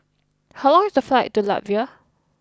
how long is the flight to Latvia